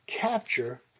capture